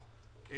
הוא בעל הקרקע.